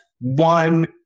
one